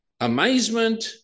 amazement